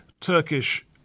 Turkish